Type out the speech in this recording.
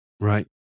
right